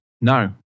No